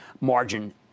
margin